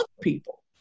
people